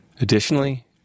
Additionally